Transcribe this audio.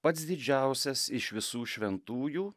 pats didžiausias iš visų šventųjų